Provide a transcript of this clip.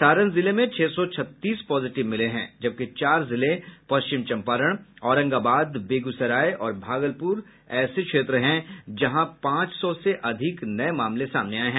सारण जिले में छह सौ छत्तीस पॉजिटिव मिले हैं जबकि चार जिले पश्चिम चम्पारण औरंगाबाद बेगूसराय और भागलपुर ऐसे क्षेत्र हैं जहां पांच सौ से अधिक नये मामले सामने आए हैं